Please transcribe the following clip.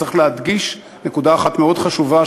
צריך להדגיש נקודה אחת מאוד חשובה,